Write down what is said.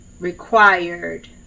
required